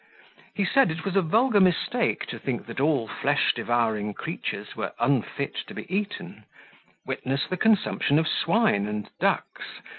he said, it was a vulgar mistake to think that all flesh-devouring creatures were unfit to be eaten witness the consumption of swine and ducks,